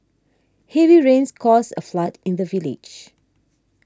heavy rains caused a flood in the village